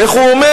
איך הוא אומר?